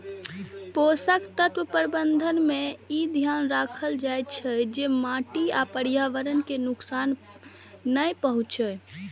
पोषक तत्व प्रबंधन मे ई ध्यान राखल जाइ छै, जे माटि आ पर्यावरण कें नुकसान नै पहुंचै